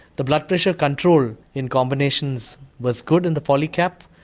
the blood pressure control in combinations was good in the polycap,